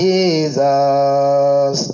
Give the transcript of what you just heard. Jesus